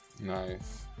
Nice